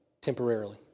temporarily